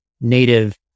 native